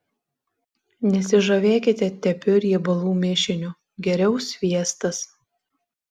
nesižavėkite tepiu riebalų mišiniu geriau sviestas